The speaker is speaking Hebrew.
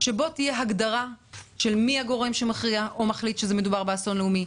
שתהיה הגדרה מי הגורם שמכריע או מחליט שמדובר באסון לאומי,